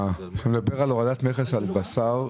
כשמדבר על הורדת מכס על בשר,